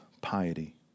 piety